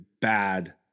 bad